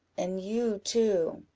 and you too.